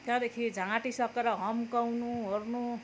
त्यहाँदेखि झाँटिसकेर हम्काउनु ओर्नु